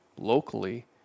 locally